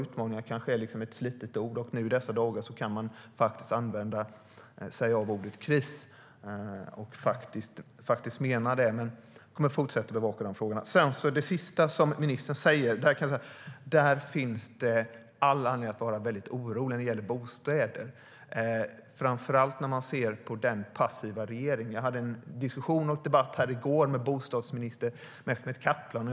Utmaningar är kanske ett slitet ord, och i dessa dagar kan man faktiskt använda sig av ordet kris och mena det. Jag kommer att fortsätta att bevaka dessa frågor. Beträffande det sista som ministern sa finns det all anledning att vara mycket orolig, alltså när det gäller bostäder, framför allt när man ser på den passiva regeringen. I går hade jag en diskussion här med bostadsminister Mehmet Kaplan.